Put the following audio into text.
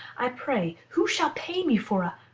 i pray who shall pay me for